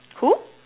who